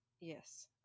Yes